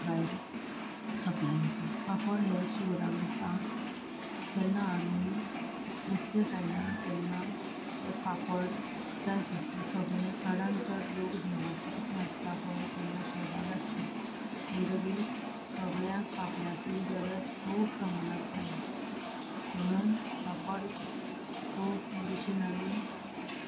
पापड हे शिवराक दिसा जेन्ना आमी नुस्तें खायना तेन्ना ते पापड जाय पडटा चडांत चड लोक देवाचें बी कितें आसता पळय तेन्ना शिवराक आसता म्हणटकीर सगळ्यांक पापडाची गरज खूब प्रमाणान जाय म्हणून पापड खूब भशेन आमी